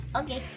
Okay